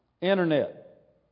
Internet